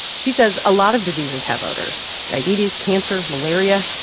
she says a lot of diseases have odors diabetes, cancer, malaria.